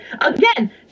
Again